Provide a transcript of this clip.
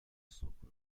soco